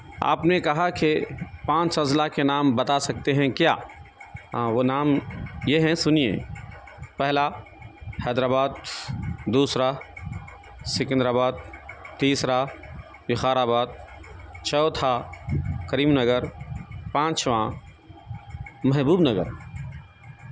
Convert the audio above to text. آپ نے کہا کہ پانچ اضلاع کے نام بتا سکتے ہیں کیا وہ نام یہ ہیں سنیے پہلا حیدر آباد دوسرا سکندر آباد تیسرا وقار آباد چوتھا کریم نگر پانچواں محبوب نگر